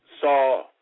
saw